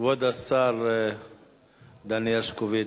כבוד השר דניאל הרשקוביץ,